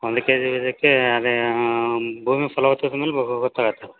ಒಂದು ಕೆಜಿದಕ್ಕೆ ಅದೇ ಭೂಮಿ ಫಲವತ್ತತೆ ಮೇಲೆ ಗೊತ್ತಾಗುತ್ತೆ